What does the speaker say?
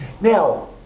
Now